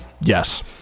Yes